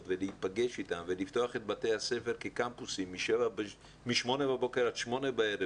ולהיפגש אתם ולפתוח את בתי הספר כקמפוסים מ-8:00 בבוקר עד 8:00 בערב